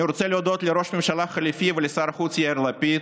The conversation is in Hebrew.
אני רוצה להודות לראש הממשלה החלופי ולשר החוץ יאיר לפיד,